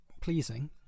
pleasing